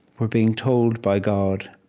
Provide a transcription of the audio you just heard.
we're being told by god,